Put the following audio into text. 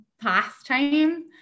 pastime